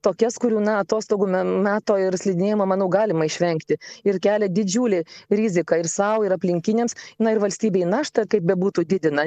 tokias kurių na atostogų meto ir slidinėjimo manau galima išvengti ir kelia didžiulį riziką ir sau ir aplinkiniams na ir valstybei našta kaip bebūtų didina